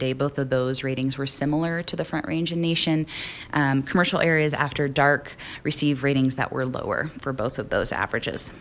day both of those ratings were similar to the front range in nation commercial areas after dark received ratings that were lower for both of those average